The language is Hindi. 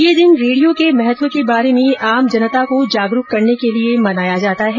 ये दिन रेडियो के महत्व के बारे में आम जनता को जागरूक करने के लिए मनाया जाता है